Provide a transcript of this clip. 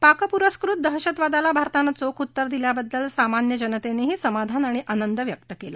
पाकपूरस्कृत दहशतवादाला भारताने चोख उत्तर दिल्याबद्दल सर्वसामान्य जनतेनेही समाधान आणि आनंद व्यक्त केला